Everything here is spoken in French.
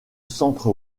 centre